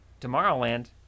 Tomorrowland